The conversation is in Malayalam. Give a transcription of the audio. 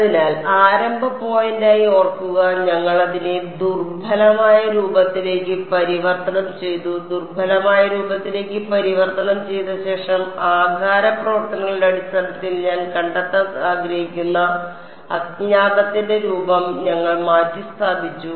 അതിനാൽ ആരംഭ പോയിന്റായി ഓർക്കുക ഞങ്ങൾ അതിനെ ദുർബലമായ രൂപത്തിലേക്ക് പരിവർത്തനം ചെയ്തു ദുർബലമായ രൂപത്തിലേക്ക് പരിവർത്തനം ചെയ്ത ശേഷം ആകാര പ്രവർത്തനങ്ങളുടെ അടിസ്ഥാനത്തിൽ ഞാൻ കണ്ടെത്താൻ ആഗ്രഹിക്കുന്ന അജ്ഞാതത്തിന്റെ രൂപം ഞങ്ങൾ മാറ്റിസ്ഥാപിച്ചു